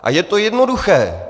A je to jednoduché.